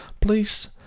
please